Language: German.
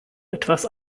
etwas